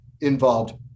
involved